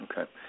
Okay